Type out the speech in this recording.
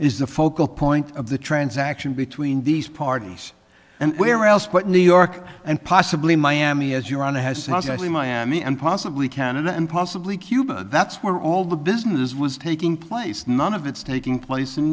is the focal point of the transaction between these parties and where else but new york and possibly miami as you're on a has actually miami and possibly canada and possibly cuba that's where all the business was taking place none of it's taking place in